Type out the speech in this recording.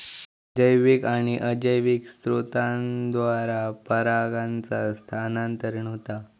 जैविक आणि अजैविक स्त्रोतांद्वारा परागांचा स्थानांतरण होता